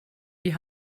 die